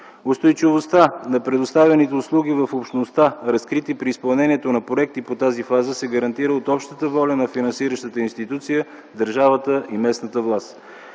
Устойчивостта на предоставените услуги в общността, разкрити при изпълнението на проекти по тази програма, се гарантира от общата воля на финансиращата институция, държавата и местната власт.